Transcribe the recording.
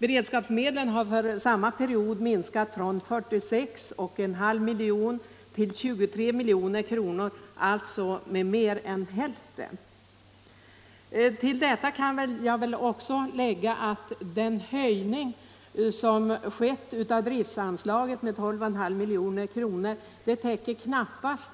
Under denna period har beredskapsmedlen minskat från 46,5 milj.kr. till 23 milj.kr., alltså med mer än hälften. Till detta kan läggas att den höjning som skett av driftsanslaget — med 12,5 milj.kr. — knappast